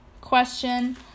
question